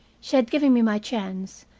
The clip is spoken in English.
she had given me my chance,